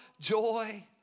joy